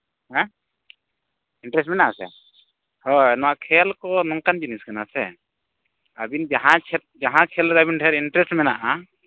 ᱦᱮᱸ ᱤᱱᱴᱟᱨᱮᱥ ᱢᱮᱱᱟᱜᱼᱟ ᱥᱮ ᱦᱳᱭ ᱱᱚᱣᱟ ᱠᱷᱮᱹᱞ ᱠᱚ ᱱᱚᱝᱠᱟᱱ ᱡᱤᱱᱤᱥ ᱠᱟᱱᱟ ᱥᱮ ᱟᱹᱵᱤᱱ ᱡᱟᱦᱟᱸ ᱠᱷᱮᱹᱞ ᱨᱮ ᱟᱹᱵᱤᱱ ᱰᱷᱮᱨ ᱤᱱᱴᱟᱨᱮᱥ ᱢᱮᱱᱟᱜᱼᱟ